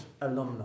alumni